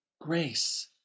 Grace